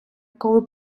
коли